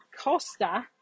Costa